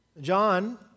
John